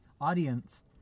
audience